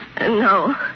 No